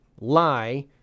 lie